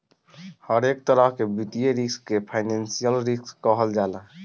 हरेक तरह के वित्तीय रिस्क के फाइनेंशियल रिस्क कहल जाला